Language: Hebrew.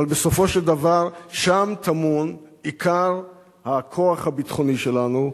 אבל בסופו של דבר שם טמון עיקר הכוח הביטחוני שלנו,